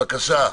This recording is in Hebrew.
בבקשה,